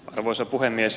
arvoisa puhemies